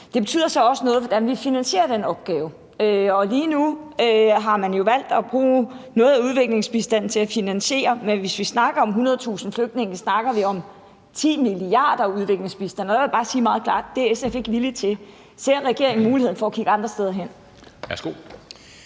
Det betyder så også noget, hvordan vi finansierer den opgave, og lige nu har man jo valgt at bruge noget af udviklingsbistanden til at finansiere den. Men hvis vi snakker om 100.000 flygtninge, snakker vi om at tage 10 mia. kr. fra udviklingsbistanden. Og der vil jeg bare sige meget klart, at det er SF ikke villig til. Ser regeringen en mulighed for at kigge andre steder hen?